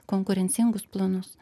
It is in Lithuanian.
konkurencingus planus